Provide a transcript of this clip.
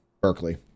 berkeley